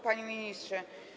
Panie Ministrze!